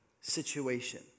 situation